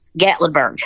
gatlinburg